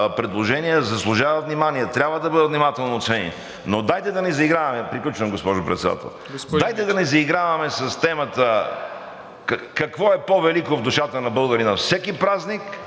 предложения заслужават внимание, трябва да бъдат внимателно оценени. Но дайте да не заиграваме. Приключвам, господин Председател. Дайте да не заиграваме с темата какво е по-велико в душата на българина. Всеки празник